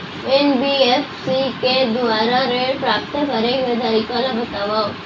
NBFC के दुवारा ऋण प्राप्त करे के तरीका ल बतावव?